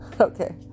Okay